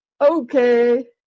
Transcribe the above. okay